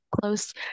close